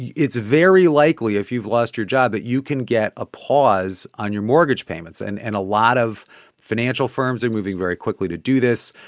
it's very likely, if you've lost your job, that you can get a pause on your mortgage payments. and and a lot of financial firms are moving very quickly to do this.